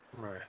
Right